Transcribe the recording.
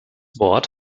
wort